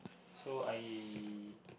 so I